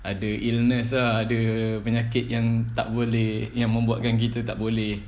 ada illness ah ada penyakit yang tak boleh yang membuatkan kita tak boleh